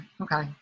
okay